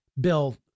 bill